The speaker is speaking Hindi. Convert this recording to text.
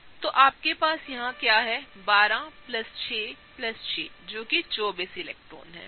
तो आपके पास यहां क्या है 12 प्लस 6 प्लस 6 है जो कि 24 इलेक्ट्रॉन है ठीक है